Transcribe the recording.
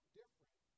different